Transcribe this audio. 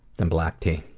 and black tea.